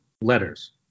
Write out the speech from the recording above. letters